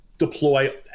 deploy